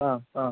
ആ ആ